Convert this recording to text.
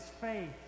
faith